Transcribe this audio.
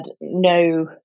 no